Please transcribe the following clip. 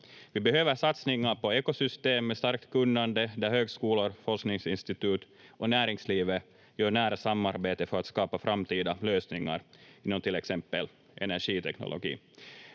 Vi behöver satsningar på ekosystem med starkt kunnande där högskolor, forskningsinstitut och näringslivet gör nära samarbete för att skapa framtida lösningar inom till exempel energiteknologi.